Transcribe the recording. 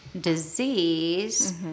disease